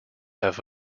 have